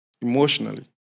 emotionally